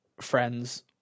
friends